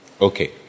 Okay